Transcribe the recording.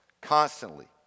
constantly